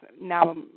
now